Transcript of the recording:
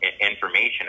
information